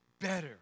better